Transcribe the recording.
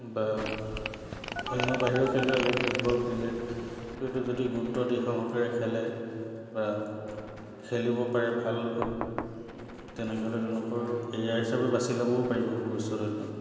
বা অন্য বাহিৰৰ খেলুবিলাকো ফুটবল ক্ৰিকেট কিন্তু যদি গুৰুত্ব দিশ সহকাৰে খেলে বা খেলিব পাৰে ভাল হওক তেনেকৈ হ'লে তেওঁলোকৰ কেৰিয়াৰ হিচাপে বাচি ল'বও পাৰিব ভৱিষ্যতৰ দিনত